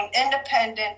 independent